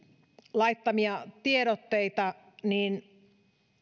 laittamia tiedotteita niin